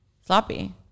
Sloppy